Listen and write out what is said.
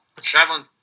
traveling